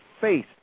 face